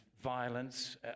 violence